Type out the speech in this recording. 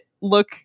look